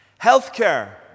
healthcare